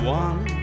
one